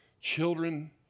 Children